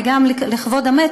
וגם לכבוד המת,